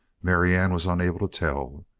marianne was unable to tell.